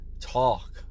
talk